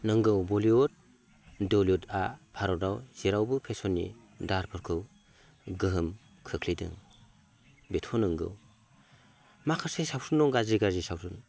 नंगौ बलिवुद दलिवुदआ भारतआव जेरावबो फेसननि दाहारफोरखौ गोहोम खोख्लैदों बेथ' नंगौ माखासे सावथुन दं गाज्रि गाज्रि सावथुन